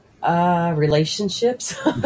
Relationships